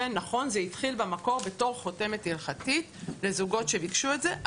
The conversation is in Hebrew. נכון שזה התחיל במקור כחותמת הלכתית לזוגות שביקשו את זה,